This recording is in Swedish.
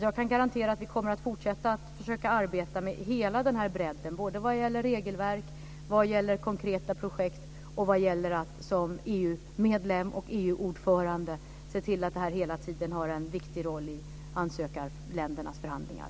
Jag kan garantera att vi kommer att fortsätta att försöka arbeta med hela den här bredden vad gäller både regelverk och konkreta projekt och att vi som EU-medlem och EU-ordförande ska försöka se till att det här hela tiden har en viktig roll i ansökarländernas förhandlingar.